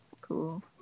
cool